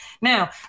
now